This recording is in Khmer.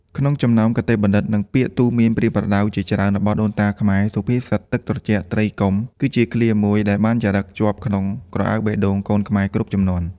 ក្នុងចំណោមគតិបណ្ឌិត និងពាក្យទូន្មានប្រៀនប្រដៅជាច្រើនរបស់ដូនតាខ្មែរ សុភាសិត ទឹកត្រជាក់ ត្រីកុំ គឺជាឃ្លាមួយដែលបានចារឹកជាប់ក្នុងក្រអៅបេះដូងកូនខ្មែរគ្រប់ជំនាន់។